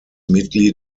mitglied